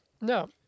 No